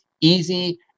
easy